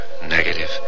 Negative